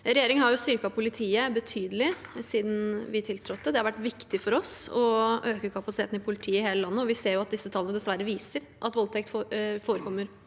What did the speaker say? Regjeringen har styrket politiet betydelig siden vi tiltrådte. Det har vært viktig for oss å øke kapasiteten i politiet i hele landet, og vi ser at disse tallene dessverre viser at voldtekt forekommer